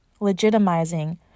legitimizing